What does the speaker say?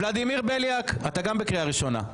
ולדימיר בליאק, אתה גם בקריאה ראשונה.